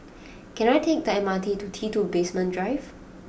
can I take the M R T to T two Basement Drive